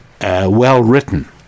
well-written